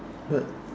but